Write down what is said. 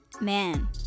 man